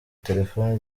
telefoni